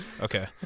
Okay